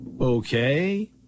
Okay